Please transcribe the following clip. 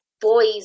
boys